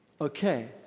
Okay